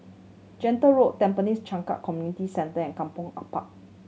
Gentle Road Tampines Changkat Community Centre and Kampong Ampat